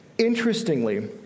Interestingly